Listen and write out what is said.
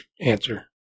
answer